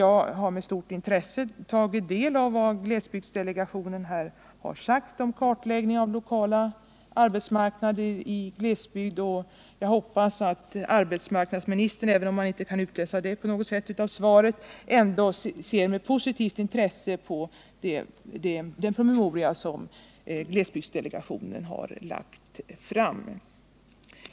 Jag har med stort intresse tagit del av vad glesbygdsdelegationen här har sagt om en kartläggning av lokala arbetsmarknader i glesbygd: Jag hoppas att arbetsmarknadsministern, även om jag inte kan utläsa detta av svaret, ändå ser med positivt intresse på den promemoria som glesbygdsdelegationen har lagt fram.